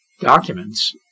Documents